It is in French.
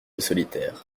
solitaire